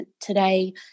today